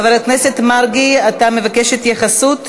חבר הכנסת מרגי, אתה מבקש התייחסות.